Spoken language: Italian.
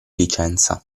licenza